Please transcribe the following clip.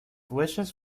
wishes